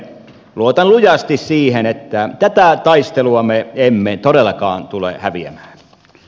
luotan lujasti siihen että tätä taistelua me emme todellakaan tule häviämään